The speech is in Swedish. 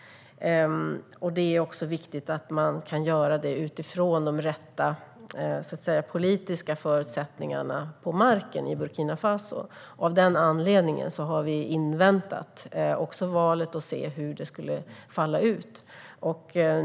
Det är också viktigt att man kan göra det utifrån de rätta politiska förutsättningarna på marken i Burkina Faso, och av den anledningen har vi inväntat valet för att se hur det skulle falla ut.